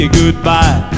goodbye